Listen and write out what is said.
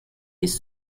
his